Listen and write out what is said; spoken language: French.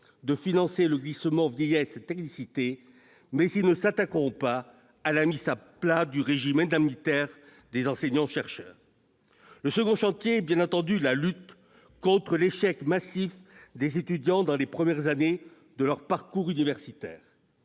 de financer le glissement vieillesse-technicité, mais ils ne s'attaqueront pas à la mise à plat du régime indemnitaire des enseignants-chercheurs. Le second chantier est, bien entendu, la lutte contre l'échec massif des étudiants dans les premières années de leur parcours universitaire.